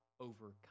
overcome